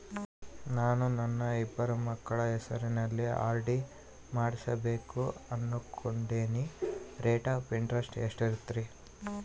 ನಾನು ನನ್ನ ಇಬ್ಬರು ಮಕ್ಕಳ ಹೆಸರಲ್ಲಿ ಆರ್.ಡಿ ಮಾಡಿಸಬೇಕು ಅನುಕೊಂಡಿನಿ ರೇಟ್ ಆಫ್ ಇಂಟರೆಸ್ಟ್ ಎಷ್ಟೈತಿ?